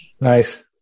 Nice